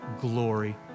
glory